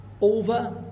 over